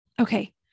Okay